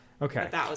Okay